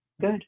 good